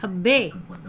ਖੱਬੇ